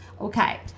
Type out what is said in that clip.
Okay